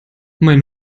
mein